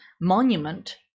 monument